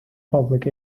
public